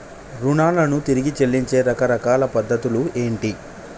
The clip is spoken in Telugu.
రుణాలను తిరిగి చెల్లించే రకరకాల పద్ధతులు ఏంటి?